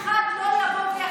אבל אף אחד לא יבוא ויכניס,